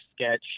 sketch